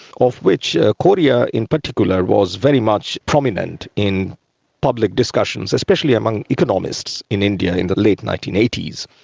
of which korea in particular was very much prominent in public discussions, especially among economists in india in the late nineteen eighty s.